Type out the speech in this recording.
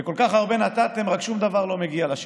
כל כך הרבה נתתם, רק שום דבר לא מגיע לשטח.